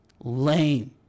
Lame